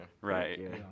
Right